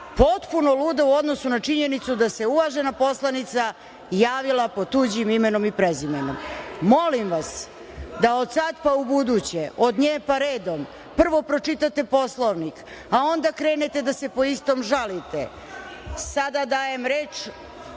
potpuno luda u odnosu na činjenicu da se uvažena poslanica javila pod tuđim imenom i prezimenom. Molim vas da od sada pa u buduće, od nje pa redom, prvo pročitate Poslovnik, a onda krenete da se po istom žalite.(Jelena